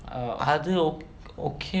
அது:athu okay lah